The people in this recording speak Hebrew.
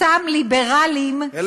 אותם ליברלים, הם לא יודעים.